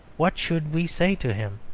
what should we say to him?